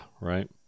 right